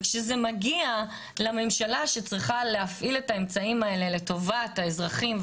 וכשזה מגיע לממשלה שצריכה להפעיל את האמצעים האלה לטובת האזרחים,